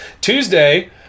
Tuesday